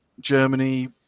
Germany